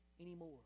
anymore